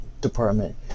Department